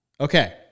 Okay